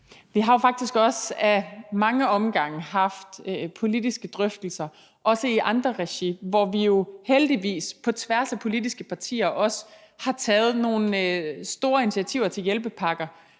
Vi har jo faktisk ad mange omgange haft politiske drøftelser, også i andre regi, hvor vi heldigvis på tværs af politiske partier har taget nogle omfattende initiativer til hjælpepakker,